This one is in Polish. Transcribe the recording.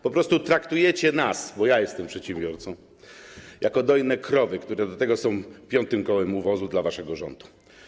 Po prostu traktujecie nas, bo jestem przedsiębiorcą, jak dojne krowy, które do tego są piątym kołem u wozu dla waszego rządu.